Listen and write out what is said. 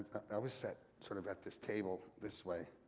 i was sat sort of at this table this way,